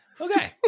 Okay